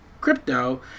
crypto